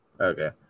Okay